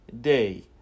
day